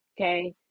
Okay